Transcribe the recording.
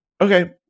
Okay